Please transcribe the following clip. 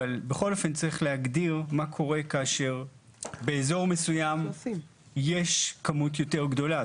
אבל בכל אופן צריך להגדיר מה קורה כאשר באזור מסוים יש כמות יותר גדולה.